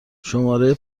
شماره